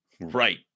right